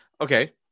Okay